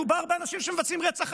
מדובר באנשים שמבצעים רצח,